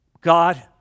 God